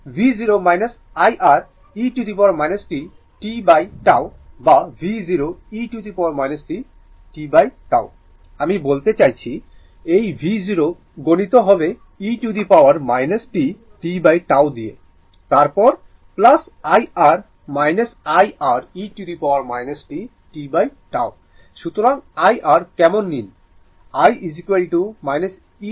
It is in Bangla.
তো v0 I R e t tτ বা v0 e t tτ আমি বলতে চাইছি এই v0 গুণিত হবে e t tτ দিয়ে তারপর I R I R e t tτ সুতরাং I R কমন নিন 1 e t tτ